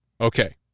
Okay